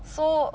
so